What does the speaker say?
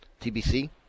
TBC